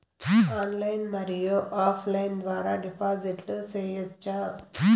Online మరియు offline ద్వారా డిపాజిట్లు సేయొచ్చా?